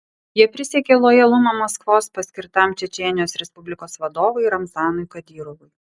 jie prisiekė lojalumą maskvos paskirtam čečėnijos respublikos vadovui ramzanui kadyrovui